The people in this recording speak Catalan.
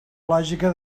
lògica